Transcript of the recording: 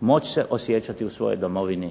moći se osjećati u svojoj domovini